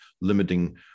limiting